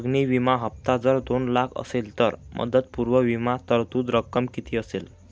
अग्नि विमा हफ्ता जर दोन लाख असेल तर मुदतपूर्व विमा तरतूद रक्कम किती असेल?